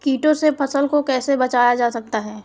कीटों से फसल को कैसे बचाया जा सकता है?